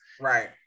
Right